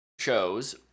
shows